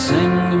Sing